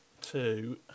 two